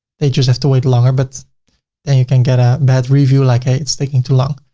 they just have to wait longer, but then you can get a bad review like, hey, it's taking too long.